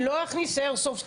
אני לא אכניס איירסופט,